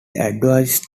advertised